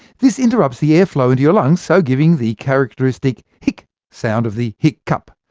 this interrupts the airflow into your lungs, so giving the characteristic hic sound of the hiccup.